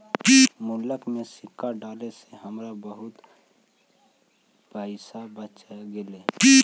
गुल्लक में सिक्का डाले से हमरा बहुत पइसा बच गेले